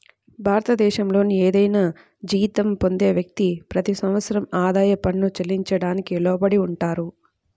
భారతదేశంలోని ఏదైనా జీతం పొందే వ్యక్తి, ప్రతి సంవత్సరం ఆదాయ పన్ను చెల్లించడానికి లోబడి ఉంటారు